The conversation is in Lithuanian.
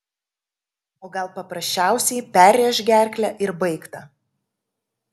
o gal paprasčiausiai perrėš gerklę ir baigta